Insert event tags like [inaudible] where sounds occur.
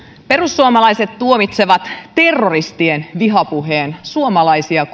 perussuomalaiset tuomitsevat terroristien vihapuheen suomalaisia [unintelligible]